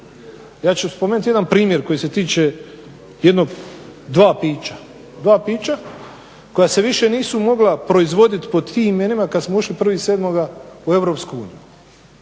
Ja ću spomenuti jedan primjer koji se tiče dva pića koja se više nisu mogla proizvodit pod tim imenima kad smo ušli 1.7. u